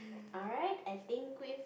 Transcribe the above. alright I think we've